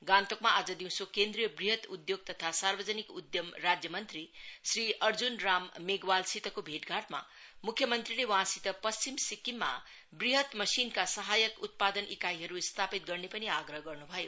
गान्तोकमा आज दिउँसो केन्द्रीय ब्रहत उधोग तथा सार्वजनिक उद्घम राज्य मंत्री श्री अर्ज्न राम मेघवालसितको भेटघाटमा मुख्य मंत्रीले वहाँसित पश्चिम सिक्किममा वृहत मशिनका सहायक उत्पादन ईकाईहरु स्थापित गर्ने पनि आग्रह गर्नु भयो